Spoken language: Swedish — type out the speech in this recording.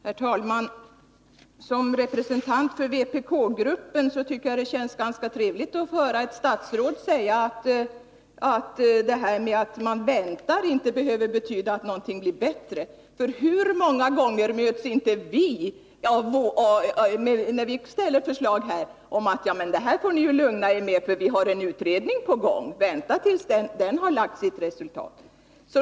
Herr talman! Som representant för vpk-gruppen tycker jag att det känns ganska trevligt att få höra ett statsråd säga att det här med att man väntar inte behöver betyda att någonting blir bättre. Hur många gånger möts inte vi, när vi framlägger förslag här, av orden: Det här får ni lugna er med, för vi har en utredning på gång. Vänta tills den har lagt fram sitt resultat!